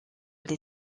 les